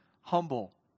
humble